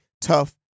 tough